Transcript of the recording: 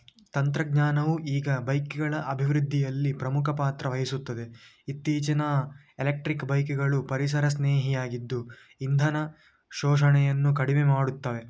ತಂತ್ರಜ್ಞಾನವು ಈಗ ಬೈಕುಗಳ ಅಭಿವೃದ್ದಿಯಲ್ಲಿ ಪ್ರಮುಖ ಪಾತ್ರ ವಹಿಸುತ್ತದೆ ಇತ್ತೀಚಿನ ಎಲೆಕ್ಟ್ರಿಕ್ ಬೈಕುಗಳು ಪರಿಸರ ಸ್ನೇಹಿಯಾಗಿದ್ದು ಇಂಧನ ಶೋಷಣೆಯನ್ನು ಕಡಿಮೆ ಮಾಡುತ್ತವೆ